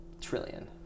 Trillion